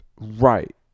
Right